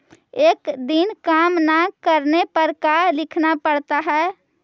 एक दिन काम न करने पर का लिखना पड़ता है?